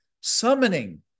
summoning